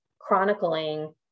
chronicling